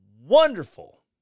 wonderful